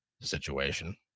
situation